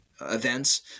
events